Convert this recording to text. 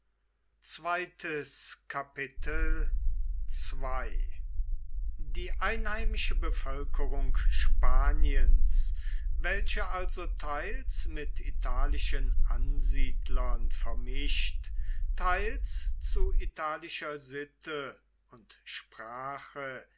die einheimische bevölkerung spaniens welche also teils mit italischen ansiedlern vermischt teils zu italischer sitte und sprache